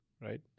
right